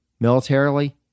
militarily